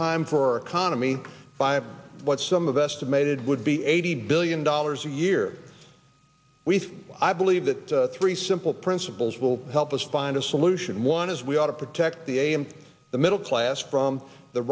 time for economy by what some of estimated would be eighty billion dollars a year we've i believe that three simple principles will help us find a solution one as we ought to protect the a m t the middle class from the